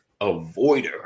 avoider